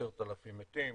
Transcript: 10,000 מתים,